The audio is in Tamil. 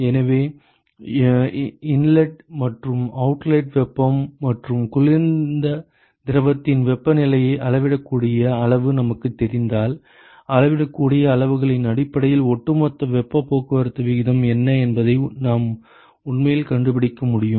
எனவே இன்லெட் மற்றும் அவுட்லெட் வெப்பம் மற்றும் குளிர்ந்த திரவத்தின் வெப்பநிலையை அளவிடக்கூடிய அளவு நமக்குத் தெரிந்தால் அளவிடக்கூடிய அளவுகளின் அடிப்படையில் ஒட்டுமொத்த வெப்பப் போக்குவரத்து விகிதம் என்ன என்பதை நாம் உண்மையில் கண்டுபிடிக்க முடியும்